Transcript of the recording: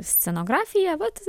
scenografija vat